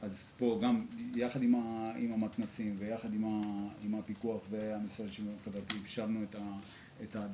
יחד עם המתנ"סים ויחד עם המשרד לשוויון חברתי אפשרנו את ההדרכות.